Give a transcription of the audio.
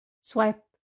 swipe